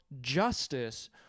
justice